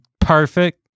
perfect